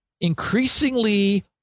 increasingly